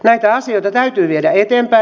näitä asioita täytyy viedä eteenpäin